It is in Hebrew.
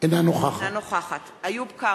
אינה נוכחת איוב קרא,